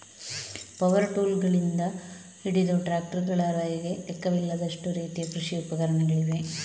power ಟೂಲ್ಗಳಿಂದ ಹಿಡಿದು ಟ್ರಾಕ್ಟರುಗಳವರೆಗೆ ಲೆಕ್ಕವಿಲ್ಲದಷ್ಟು ರೀತಿಯ ಕೃಷಿ ಉಪಕರಣಗಳಿವೆ